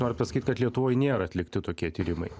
norit pasakyt kad lietuvoj nėra atlikti tokie tyrimai